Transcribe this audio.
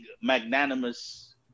magnanimous